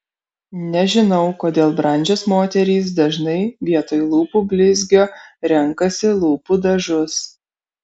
nežinau kodėl brandžios moterys dažnai vietoj lūpų blizgio renkasi lūpų dažus